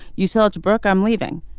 you saw it brooke i'm leaving.